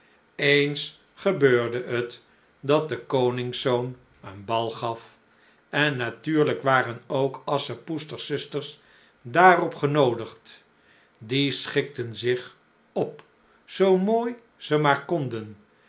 eens gebeurde het dat de koningszoon een bal gaf en natuurlijk waren ook asschepoesters zusters daarop genoodigd die schikten zich op zoo mooi ze maar konden